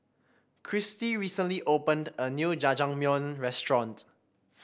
Cristy recently opened a new Jajangmyeon Restaurant